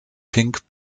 pink